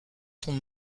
sont